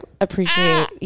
appreciate